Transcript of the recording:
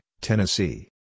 Tennessee